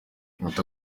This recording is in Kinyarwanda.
ati